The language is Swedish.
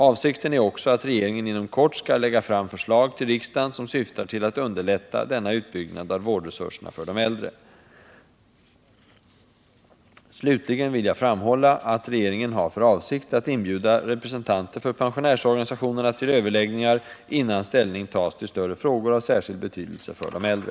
Avsikten är också att regeringen inom kort skall lägga fram förslag till riksdagen som syftar till att underlätta denna utbyggnad av vårdresurserna för de äldre. Slutligen vill jag framhålla att regeringen har för avsikt att inbjuda representanter för pensionärsorganisationerna till överläggningar innan ställning tas till större frågor av särskild betydelse för de äldre.